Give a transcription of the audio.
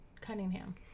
Cunningham